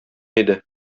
иде